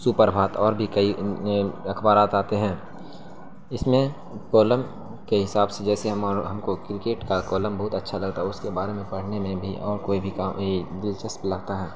سبھ پربھات اور بھی کئی اخبارات آتے ہیں اس میں کالم کے حساب سے جیسے ہم کو کرکٹ کا کالم بہت اچھا لگتا ہے اس کے بارے میں پڑھنے میں بھی اور کوئی بھی کام دلچسپ لگتا ہے